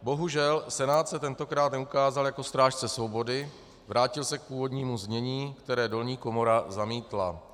Bohužel Senát se tentokrát neukázal jako strážce svobody, vrátil se k původnímu znění, které dolní komora zamítla.